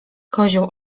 kozioł